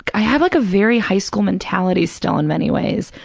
i have like a very high-school mentality still, in many ways,